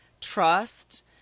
trust